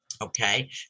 Okay